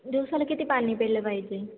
दिवसाला किती पाणी प्यायलं पाहिजे